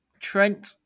Trent